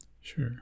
Sure